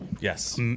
Yes